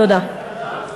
אתם באותה מפלגה?